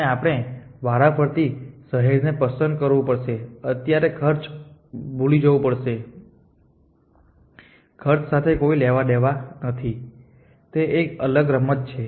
અને આપણે વારાફરતી શહેર પસંદ કરવું પડશે અત્યારે ખર્ચ ખર્ચ ભૂલી જવું પડશે ખર્ચ સાથે કોઈ લેવાદેવા નથી તે એક અલગ રમત છે